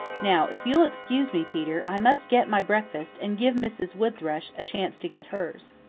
now if you'll excuse me, peter, i must get my breakfast and give mrs. wood thrush a chance to get hers.